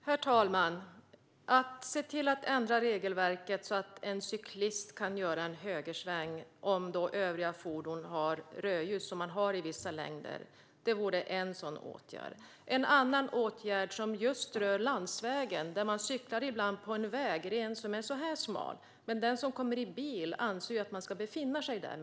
Herr talman! En åtgärd vore att ändra regelverket så att övriga fordon får rött ljus när en cyklist ska göra en högersväng. Det har man i vissa länder. En annan åtgärd rör just landsvägar. Ibland cyklar man på en väldigt smal vägren, och den som kommer i en bil anser att man ska befinna sig där.